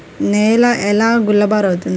నేల ఎలా గుల్లబారుతుంది?